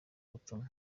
butumwa